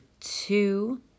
two